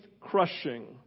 crushing